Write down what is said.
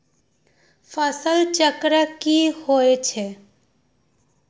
फसल चक्र की होई छै?